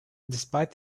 despite